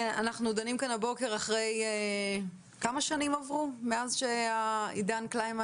אנחנו דנים כאן הבוקר אחרי שנים רבות מאז שעידן קלימן